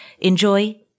enjoy